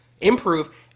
improve